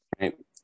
Right